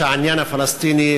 שהעניין הפלסטיני,